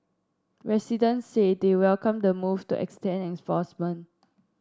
residents say they welcome the move to extend enforcement